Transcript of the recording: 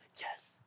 Yes